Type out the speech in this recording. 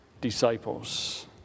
disciples